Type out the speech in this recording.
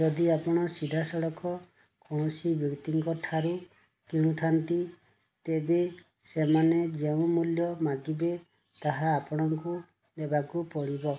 ଯଦି ଆପଣ ସିଧାସଳଖ କୌଣସି ବ୍ୟକ୍ତିଙ୍କ ଠାରୁ କିଣୁଥାନ୍ତି ତେବେ ସେମାନେ ଯେଉଁ ମୂଲ୍ୟ ମାଗିବେ ତାହା ଆପଣଙ୍କୁ ଦେବାକୁ ପଡ଼ିବ